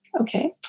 okay